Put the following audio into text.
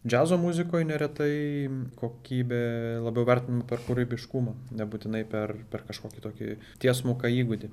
džiazo muzikoj neretai kokybė labiau vertinama per kūrybiškumą nebūtinai per per kažkokį tokį tiesmuką įgūdį